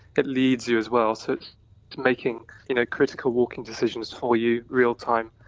it leads you as well, so, it's making you know critical walking decisions for you, real time,